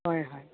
হয় হয়